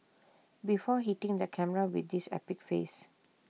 before hitting the camera with this epic face